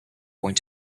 going